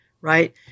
right